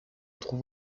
trouve